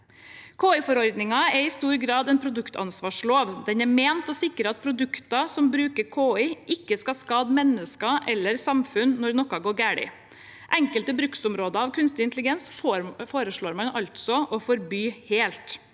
KI-forordningen er i stor grad en produktansvarslov. Den er ment å sikre at produkter som bruker KI, ikke skal kunne skade mennesker eller samfunn når noe går galt. Enkelte bruksområder av kunstig intelligens foreslår man altså å forby helt.